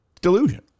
delusion